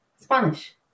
Spanish